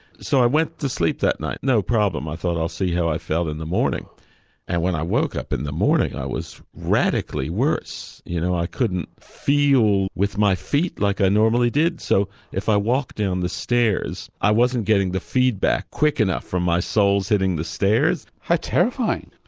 so i went to sleep that night, no problem, i thought i'll see how i felt in the morning and when i woke up in the morning i was radically worse. you know i couldn't feel with my feet like i normally did so if i walked down the stairs i wasn't wasn't getting the feedback quick enough for my soles hitting the stairs. how terrifying.